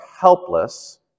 helpless